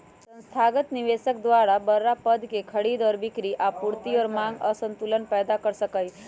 संस्थागत निवेशक द्वारा बडड़ा पद के खरीद और बिक्री आपूर्ति और मांग असंतुलन पैदा कर सका हई